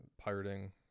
pirating